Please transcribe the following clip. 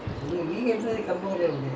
something like kampung also [what]